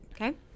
Okay